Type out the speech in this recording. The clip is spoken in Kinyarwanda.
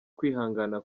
kwihangana